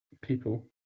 people